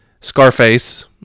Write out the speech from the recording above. Scarface